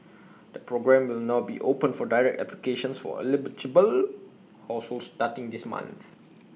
the programme will now be open for direct applications for households starting this month